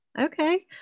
Okay